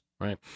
right